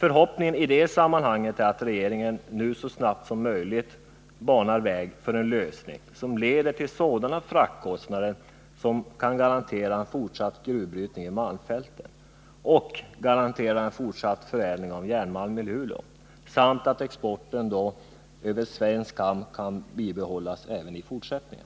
Förhoppningen i det sammanhanget är att regeringen nu så snabbt som möjligt banar väg för en lösning som innebär sådana fraktkostnader att man kan garantera en fortsatt gruvbrytning i malmfälten, en fortsatt förädling av järnmalmen i Luleå samt en fortsatt malmexport över svensk hamn.